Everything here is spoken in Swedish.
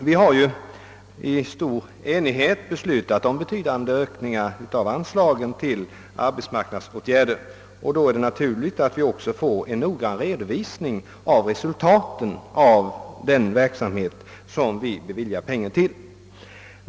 Vi har ju i stor enighet fattat beslut om betydande ökningar av anslagen till arbetsmarknadspolitiska åtgärder, och då är det naturligt att vi också får en noggrann redovisning av resultaten av den verksamhet som vi beviljar pengar till.